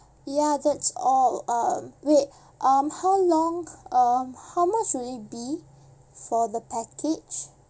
ya that's all um wait um how long um how much would it be for the package